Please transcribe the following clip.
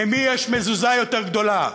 למי יש מזוזה יותר גדולה,